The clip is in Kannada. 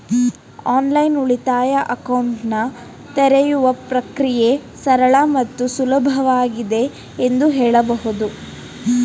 ಆನ್ಲೈನ್ ಉಳಿತಾಯ ಅಕೌಂಟನ್ನ ತೆರೆಯುವ ಪ್ರಕ್ರಿಯೆ ಸರಳ ಮತ್ತು ಸುಲಭವಾಗಿದೆ ಎಂದು ಹೇಳಬಹುದು